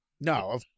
No